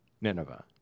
Nineveh